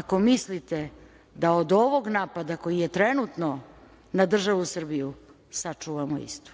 ako mislite da od ovog napada koji je trenutno na državu Srbiju sačuvamo istu.